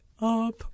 up